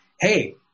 Hey